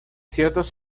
ciertos